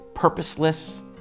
purposeless